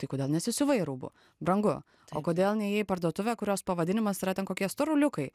tai kodėl nesisiuvai rūbų brangu o kodėl nėjai į parduotuvę kurios pavadinimas yra ten kokie storuliukai